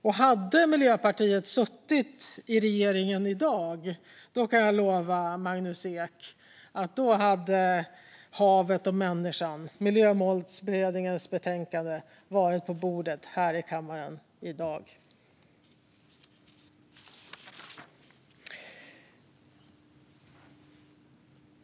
Om Miljöpartiet hade suttit i regeringen i dag kan jag lova Magnus Ek att Havet och människan, Miljömålsberedningens betänkande, hade funnits på bordet här i kammaren i dag.